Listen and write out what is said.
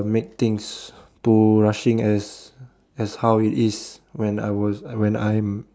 make things too rushing as as how it is when I was when I'm